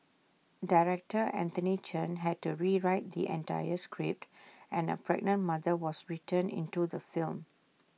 Director Anthony Chen had to rewrite the entire script and A pregnant mother was written into the film